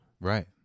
Right